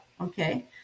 Okay